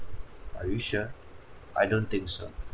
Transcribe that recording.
are you sure I don't think so